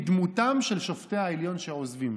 בדמותם של שופטי העליון שעוזבים.